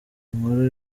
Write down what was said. inkuru